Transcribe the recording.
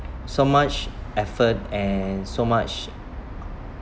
so much effort and so much